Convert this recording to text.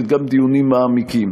וגם דיונים מעמיקים.